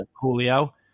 julio